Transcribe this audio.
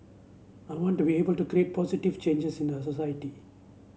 I want to be able to create positive changes in a society